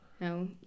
No